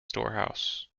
storehouse